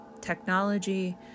technology